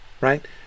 right